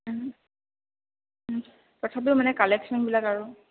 তথাপিও মানে কালেকচনবিলাক আৰু